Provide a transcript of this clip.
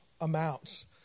amounts